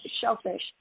shellfish